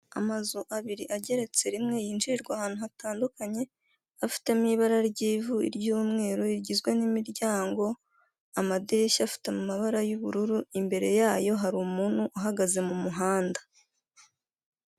Amazu abiri ageretse rimwe yinjirwa ahantu hatandukanye, afitemo ibara ry'ivu iry'umweru rigizwe n'imiryango amadirishya afite amabara y'ubururu, imbere y'ayo hari umuntu uhagaze m'umuhanda.